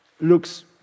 looks